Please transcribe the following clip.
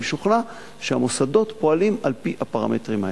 אני משוכנע שהמוסדות פועלים על-פי הפרמטרים האלה.